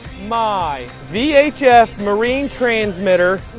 my. vhf marine transmitter.